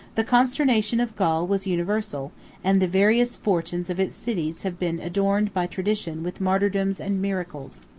the consternation of gaul was universal and the various fortunes of its cities have been adorned by tradition with martyrdoms and miracles.